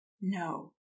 no